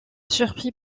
surpris